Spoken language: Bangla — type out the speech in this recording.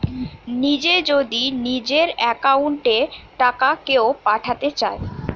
নিজে যদি নিজের একাউন্ট এ টাকা কেও পাঠাতে চায়